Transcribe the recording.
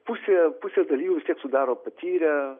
pusę pusę vis tiek sudaro patyrę